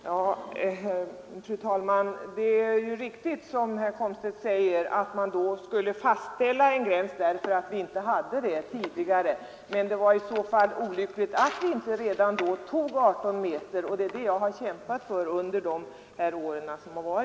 Fru talman! Det är riktigt som herr Komstedt säger att man då skulle fastställa en gräns, eftersom vi tidigare inte hade någon. Men det var olyckligt att vi inte redan då bestämde oss för 18 meter. Det är denna gräns jag har kämpat för under alla dessa år.